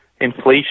inflation